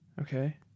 Okay